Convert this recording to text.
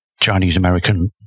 Chinese-American